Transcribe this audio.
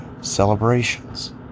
celebrations